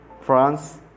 France